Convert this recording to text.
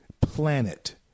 planet